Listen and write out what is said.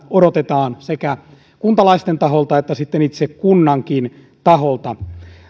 odotetaan sekä kuntalaisten taholta että sitten itse kunnankin taholta